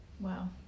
Wow